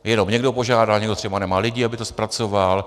Jenom někdo požádá, někdo třeba nemá lidi, aby to zpracoval.